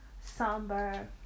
somber